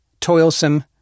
toilsome